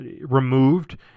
removed